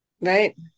Right